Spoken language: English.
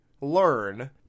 learn